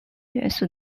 元素